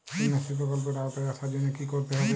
কন্যাশ্রী প্রকল্পের আওতায় আসার জন্য কী করতে হবে?